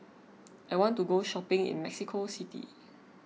I want to go shopping in Mexico City